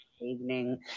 Evening